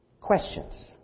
Questions